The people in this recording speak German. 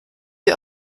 sie